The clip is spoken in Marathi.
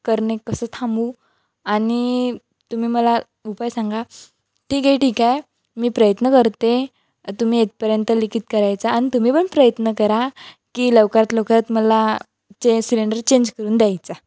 करणे कसं थांबवू आणि तुम्ही मला उपाय सांगा ठीक आहे ठीक आहे मी प्रयत्न करते तुम्ही इथपर्यंत लिकित करायचा आणि तुम्ही पण प्रयत्न करा की लवकरात लवकरात मला चे सिलेंडर चेंज करून द्यायचा